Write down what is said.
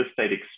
estate